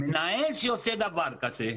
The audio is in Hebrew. מנהל שעושה דבר כזה,